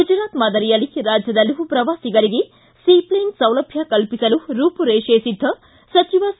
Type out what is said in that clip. ಗುಜರಾತ್ ಮಾದರಿಯಲ್ಲಿ ರಾಜ್ಯದಲ್ಲೂ ಪ್ರವಾಸಿಗರಿಗೆ ಸೀ ಫ್ಲೇನ್ ಸೌಲಭ್ಯ ಕಲ್ಪಿಸಲು ರೂಪುರೇಷೆ ಸಿದ್ಧ ಸಚಿವ ಸಿ